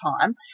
time